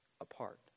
apart